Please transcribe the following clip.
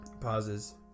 Pauses